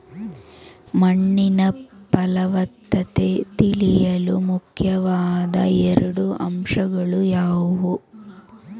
ಮಣ್ಣಿನ ಫಲವತ್ತತೆ ತಿಳಿಯಲು ಮುಖ್ಯವಾದ ಎರಡು ಅಂಶಗಳು ಯಾವುವು?